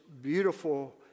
beautiful